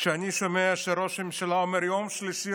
כשאני שומע שראש הממשלה אומר: יום שלישי,